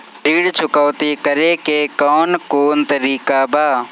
ऋण चुकौती करेके कौन कोन तरीका बा?